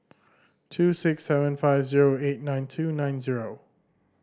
two six seven five zero eight nine two nine zero